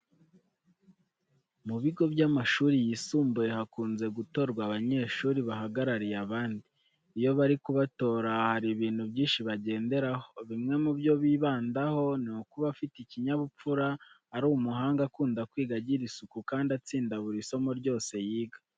Mu bigo by'amashuri yisumbuye hakunze gutorwa abanyeshuri bahagarariye abandi. Iyo bari kubatora hari ibintu byinshi bagenderaho. Bimwe mu byo bibandaho ni kuba afite ikinyabupfura, ari umuhanga, akunda kwiga, agira isuku kandi atsinda buri somo ryose yiga.